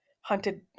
hunted